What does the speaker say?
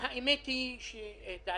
למשבר.